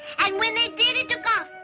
and when they did, it took off.